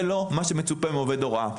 זה לא מה שמצופה מעובד הוראה.